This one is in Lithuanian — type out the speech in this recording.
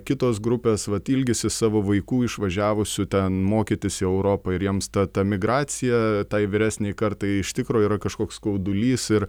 kitos grupės vat ilgisi savo vaikų išvažiavusių ten mokytis į europą ir jiems ta ta migracija tai vyresnei kartai iš tikro yra kažkoks skaudulys ir